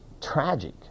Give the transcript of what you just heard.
tragic